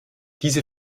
diese